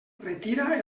retira